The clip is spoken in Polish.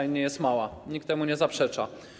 Ona nie jest mała, nikt temu nie zaprzecza.